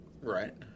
right